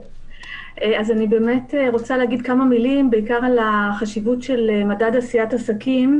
אני באמת רוצה להגיד כמה מילים בעיקר על חשיבות מדד עשיית עסקים,